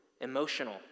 emotional